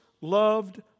loved